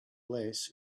less